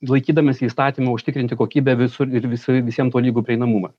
laikydamiesi įstatymų užtikrinti kokybę visur ir vis visiem tolygų prieinamumą